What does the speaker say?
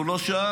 הוא לא שאל.